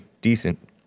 decent